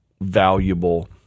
Valuable